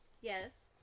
Yes